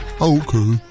okay